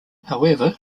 however